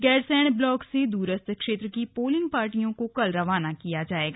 Gairsain block से दूरस्थ क्षेत्र की पोलिंग पार्टियों को कल रवाना किया जाएगा